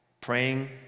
praying